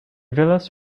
villas